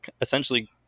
essentially